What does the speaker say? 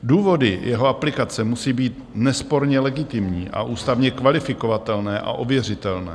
Důvody jeho aplikace musí být nesporně legitimní a ústavně kvalifikovatelné a ověřitelné.